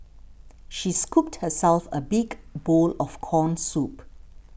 she scooped herself a big bowl of Corn Soup